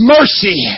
Mercy